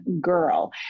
Girl